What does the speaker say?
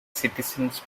citizens